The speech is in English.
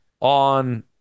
On